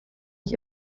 ich